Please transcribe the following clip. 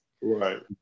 right